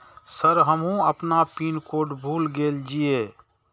Sir हमू अपना PIN code भूल गेल जीये?